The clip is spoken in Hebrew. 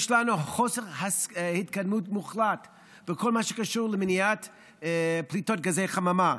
יש לנו חוסר התקדמות מוחלט בכל מה שקשור למניעת פליטות גזי חממה,